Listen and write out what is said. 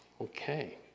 Okay